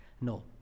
No